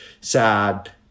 sad